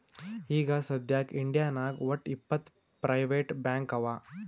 ಈಗ ಸದ್ಯಾಕ್ ಇಂಡಿಯಾನಾಗ್ ವಟ್ಟ್ ಇಪ್ಪತ್ ಪ್ರೈವೇಟ್ ಬ್ಯಾಂಕ್ ಅವಾ